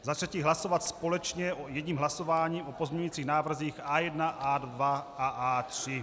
Za třetí hlasovat společně jedním hlasováním o pozměňujících návrzích A1, A2 a A3.